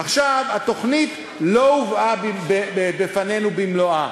עכשיו, התוכנית לא הובאה בפנינו במלואה,